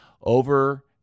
over